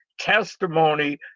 testimony